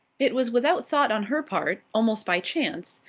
it was without thought on her part, almost by chance,